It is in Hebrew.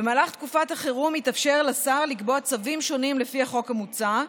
במהלך תקופת החירום יתאפשר לשר לקבוע צווים שונים לפי החוק המוצע,